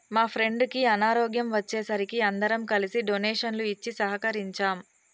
మా ఫ్రెండుకి అనారోగ్యం వచ్చే సరికి అందరం కలిసి డొనేషన్లు ఇచ్చి సహకరించాం